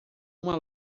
uma